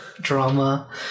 drama